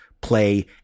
play